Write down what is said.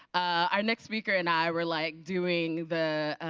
our next speaker and i were like doing the